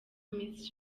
miss